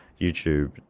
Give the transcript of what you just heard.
YouTube